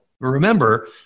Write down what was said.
Remember